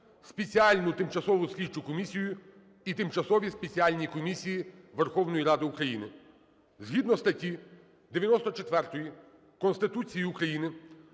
спеціальну тимчасову слідчу комісію і тимчасові спеціальні комісії Верховної Ради України". Згідно статті 94 Конституції України